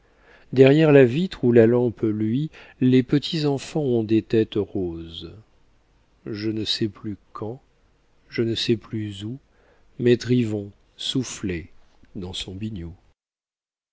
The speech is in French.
derrière la vitre où la lampe luit les petits enfants ont des têtes roses je ne sais plus quand je ne sais plus où maître yvon soufflait dans son biniou